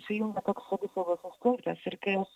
įsijungė toks savisaugos instinktas ir kai aš